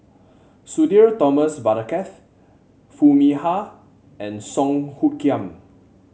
Sudhir Thomas Vadaketh Foo Mee Har and Song Hoot Kiam